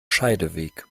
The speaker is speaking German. scheideweg